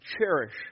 cherish